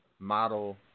model